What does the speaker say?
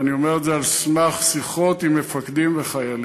ואני אומר את זה על סמך שיחות עם מפקדים וחיילים,